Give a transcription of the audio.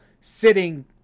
sitting